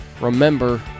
remember